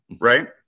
right